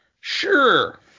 sure